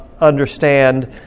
understand